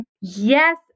Yes